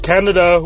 Canada